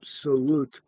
absolute